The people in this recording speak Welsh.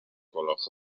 gwelwch